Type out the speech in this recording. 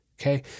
Okay